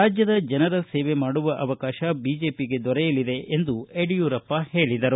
ರಾಜ್ಯದ ಜನರ ಸೇವೆ ಮಾಡುವ ಬಿಜೆಪಿಗೆ ಅವಕಾಶ ದೊರೆಯಲಿದೆ ಎಂದು ಯಡಿಯೂರಪ್ಪ ಹೇಳಿದರು